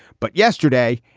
but yesterday,